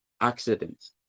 accidents